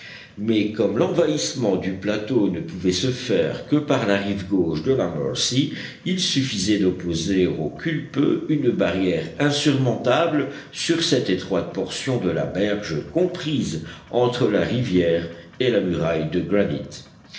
mais comme l'envahissement du plateau ne pouvait se faire que par la rive gauche de la mercy il suffisait d'opposer aux culpeux une barrière insurmontable sur cette étroite portion de la berge comprise entre la rivière et la muraille de granit